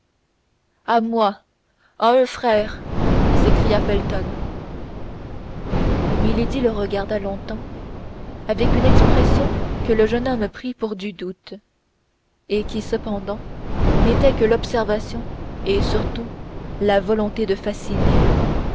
à moi à un frère s'écria felton milady le regarda longtemps avec une expression que le jeune officier prit pour du doute et qui cependant n'était que de l'observation et surtout la volonté de fasciner